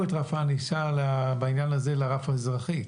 את רף הענישה בעניין הזה לרף האזרחי.